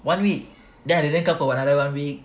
one week then I didn't come for another one week